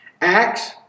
Acts